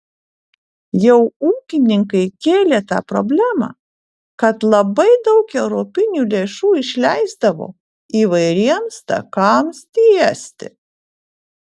jau ūkininkai kėlė tą problemą kad labai daug europinių lėšų išleisdavo įvairiems takams tiesti